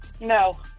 No